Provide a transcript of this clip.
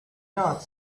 not